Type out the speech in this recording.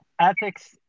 ethics